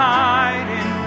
hiding